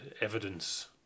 evidence